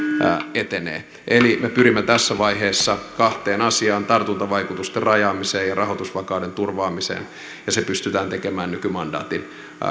etenee eli me pyrimme tässä vaiheessa kahteen asiaan tartuntavaikutusten rajaamiseen ja rahoitusvakauden turvaamiseen ja se pystytään tekemään nykymandaatin